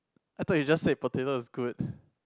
I thought you just said potato is good